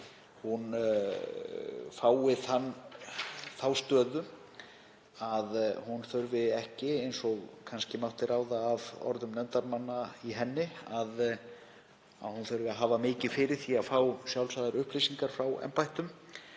fái þá stöðu að hún þurfi ekki, eins og kannski mátti ráða af orðum nefndarmanna í henni, að hafa mikið fyrir því að fá sjálfsagðar upplýsingar frá embættum